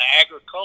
agriculture